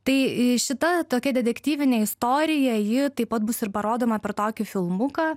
tai šita tokia detektyvinė istorija ji taip pat bus ir parodoma per tokį filmuką